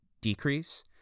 decrease